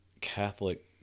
Catholic